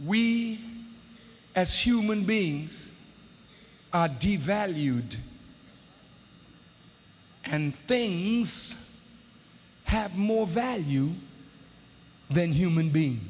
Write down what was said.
as human beings devalued and things have more value than human being